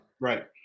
Right